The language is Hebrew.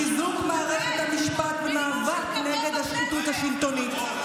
חיזוק מערכת המשפט ומאבק נגד השחיתות השלטונית.